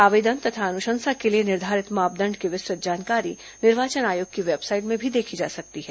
आवेदन तथा अनुशंसा के लिए निर्धारित मापदण्ड की विस्तृत जानकारी निर्वाचन आयोग की वेबसाइट में भी देखी जा सकती है